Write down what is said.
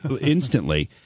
instantly